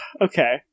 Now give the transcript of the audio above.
Okay